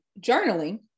journaling